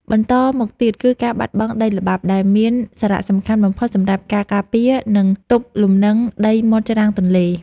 បន្តមកទៀតគឺការបាត់បង់ដីល្បាប់ដែលមានសារៈសំខាន់បំផុតសម្រាប់ការការពារ និង ទប់លំនឹងដីមាត់ច្រាំងទន្លេ។